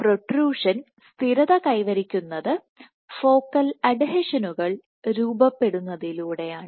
protrusion സ്ഥിരത കൈവരിക്കുന്നത് focal അഡ്ഹീഷനുകൾ രൂപപ്പെടുന്നതിലൂടെയാണ്